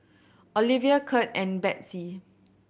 Olevia Kurt and Betsey